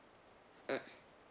mm